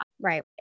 Right